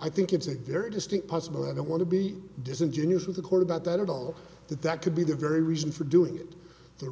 i think it's a very distinct possibility don't want to be disingenuous with the court about that at all that that could be the very reason for doing it the